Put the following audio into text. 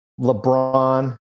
LeBron